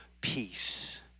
peace